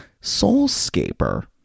soulscaper